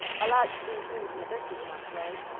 i like to do things in a business-like way.